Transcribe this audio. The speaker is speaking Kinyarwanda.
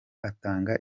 atanga